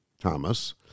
Thomas